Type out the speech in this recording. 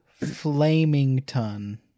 flamington